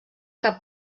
cap